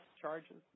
charges